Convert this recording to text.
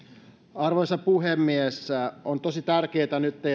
arvoisa puhemies on tosi tärkeätä nyt